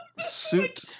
Suit